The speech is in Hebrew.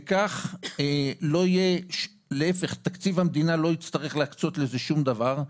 וכך תקציב המדינה לא יצטרך להקצות לזה שום דבר.